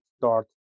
start